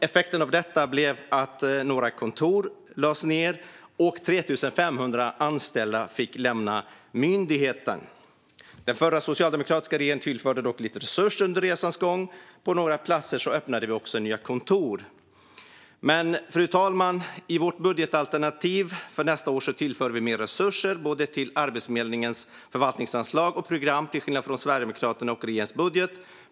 Effekten av detta blev att några kontor lades ned och att 3 500 anställda fick lämna myndigheten. Den förra socialdemokratiska regeringen tillförde dock lite resurser under resans gång. På några platser öppnade vi också nya kontor. Fru talman! I vårt budgetalternativ för nästa år tillför vi mer resurser till både Arbetsförmedlingens förvaltningsanslag och program till skillnad från Sverigedemokraternas och regeringens budget.